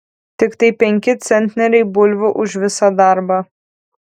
tiktai penki centneriai bulvių už visą darbą